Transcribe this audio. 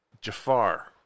Jafar